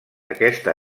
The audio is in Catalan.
aquesta